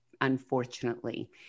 unfortunately